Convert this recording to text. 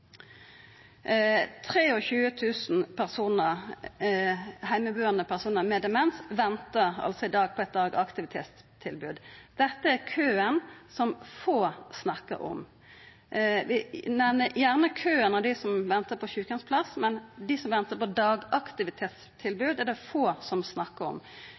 heimebuande personar med demens ventar i dag på eit dagaktivitetstilbod. Dette er køen som få snakkar om. Ein snakkar gjerne om køen av dei som ventar på sjukeheimsplass, men dei som ventar på dagaktivitetstilbod, er det få som snakkar om.